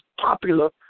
popular